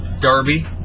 Darby